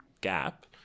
gap